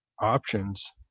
options